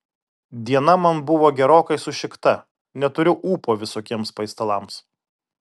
diena man buvo gerokai sušikta neturiu ūpo visokiems paistalams